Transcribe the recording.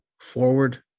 forward